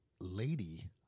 lady